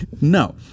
No